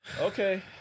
Okay